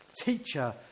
teacher